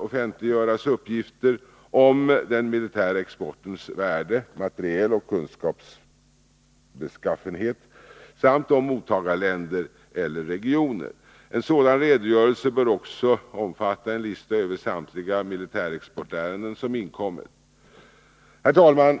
offentliggöras uppgifter om den militära exportens värde, materieloch kunskapsbeskaffenhet samt om mottagarländer eller regioner. En sådan redogörelse bör också innefatta en lista på samtliga militärexportärenden som inkommit. Herr talman!